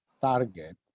target